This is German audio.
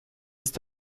ist